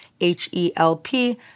H-E-L-P